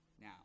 Now